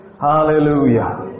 Hallelujah